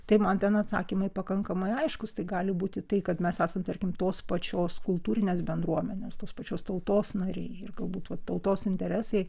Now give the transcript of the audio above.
tai man ten atsakymai pakankamai aiškūs tai gali būti tai kad mes esame tarkim tos pačios kultūrinės bendruomenės tos pačios tautos nariai ir galbūt vat tautos interesai